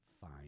fine